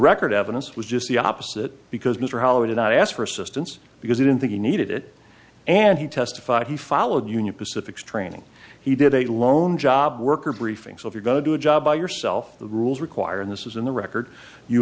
record evidence was just the opposite because mr holloway did not ask for assistance because he didn't think he needed it and he testified he followed union pacific training he did a lone job worker briefings if you're going to do a job by yourself the rules require and this is in the record you